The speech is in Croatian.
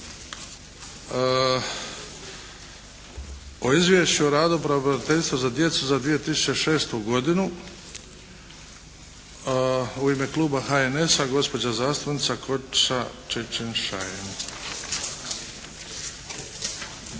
o Izvješću o radu pravobraniteljice za djecu za 2006. godinu. U ime Kluba HNS-a gospođa zastupnica Košiša Čičin-Šain.